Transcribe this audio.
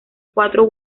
cuatro